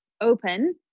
open